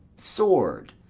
sword,